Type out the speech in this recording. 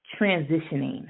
transitioning